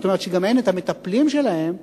שגם המטפלים שלהם אינם,